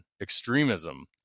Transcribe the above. extremism